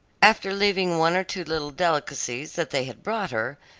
after leaving one or two little delicacies that they had brought her,